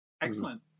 Excellent